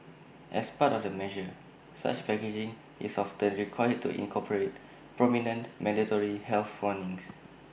as part of the measure such packaging is often required to incorporate prominent mandatory health warnings